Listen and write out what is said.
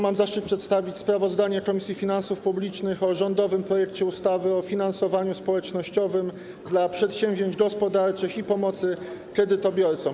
Mam zaszczyt przedstawić sprawozdanie Komisji Finansów Publicznych o rządowym projekcie ustawy o finansowaniu społecznościowym dla przedsięwzięć gospodarczych i pomocy kredytobiorcom.